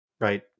right